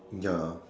ya